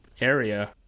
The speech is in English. area